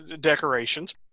decorations